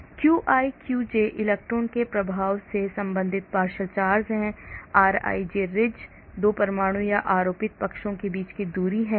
qi qj electron के प्रभार से संबंधित partial charges हैं rij 2 परमाणुओं या आरोपित पक्षों के बीच की दूरी है